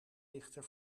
lichten